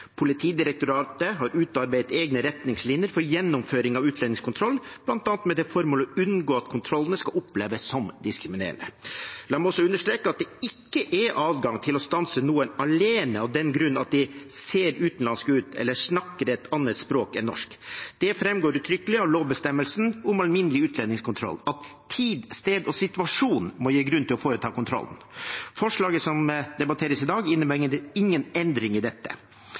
Politidirektoratet har utarbeidet egne retningslinjer for gjennomføring av utlendingskontroll, bl.a. med det formål å unngå at kontrollene skal oppleves som diskriminerende. La meg også understreke at det ikke er adgang til å stanse noen alene av den grunn at de ser utenlandske ut eller snakker et annet språk enn norsk. Det framgår uttrykkelig av lovbestemmelsen om alminnelig utlendingskontroll at tid, sted og situasjon må gi grunn til å foreta kontroll. Forslaget som debatteres i dag, innebærer imidlertid ingen endring i